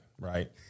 right